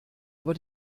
aber